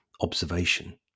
observation